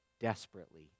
desperately